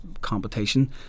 competition